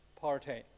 party